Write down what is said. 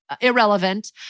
irrelevant